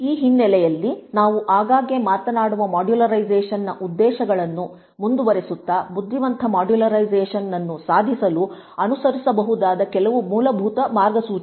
ಈ ಹಿನ್ನೆಲೆಯಲ್ಲಿ ನಾವು ಆಗಾಗ್ಗೆ ಮಾತನಾಡುವ ಮಾಡ್ಯುಲೈಸೇಶನ್ನ ಉದ್ದೇಶಗಳನ್ನು ಮುಂದುವರೆಸುತ್ತಾಬುದ್ಧಿವಂತ ಮಾಡ್ಯುಲರೈಸೇಶನ್ ನನ್ನು ಸಾಧಿಸಲು ಅನುಸರಿಸಬಹುದಾದ ಕೆಲವು ಮೂಲಭೂತ ಮಾರ್ಗಸೂಚಿಗಳು